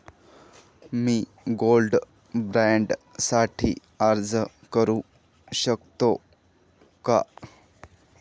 मी gold bond साठी अर्ज करु शकते का?